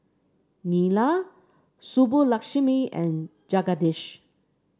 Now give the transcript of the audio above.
Neila Subbulakshmi and Jagadish